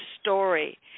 story